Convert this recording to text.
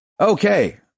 Okay